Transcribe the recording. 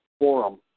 forum